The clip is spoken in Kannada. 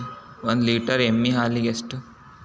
ಒಂದು ಲೇಟರ್ ಎಮ್ಮಿ ಹಾಲಿಗೆ ಎಷ್ಟು?